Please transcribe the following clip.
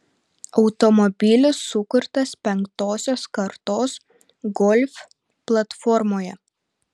automobilis sukurtas penktosios kartos golf platformoje